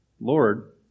Lord